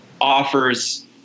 offers